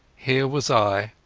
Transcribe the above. here was i,